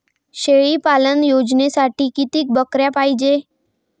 शेळी पालन योजनेसाठी किती बकऱ्या पायजे?